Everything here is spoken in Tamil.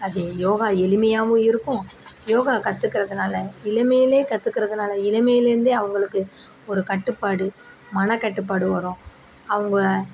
அது யோகா எளிமையாகவும் இருக்கும் யோகா கற்றுக்கறதுனால இளமையில் கற்றுக்குறதுனால இளமைலேருந்து அவங்களுக்கு ஒரு கட்டுப்பாடு மனக்கட்டுப்பாடு வரும் அவங்க